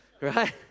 Right